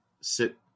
sit